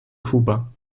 kuba